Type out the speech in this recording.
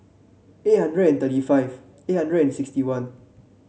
eight hundred and thirty five eight hundred and sixty one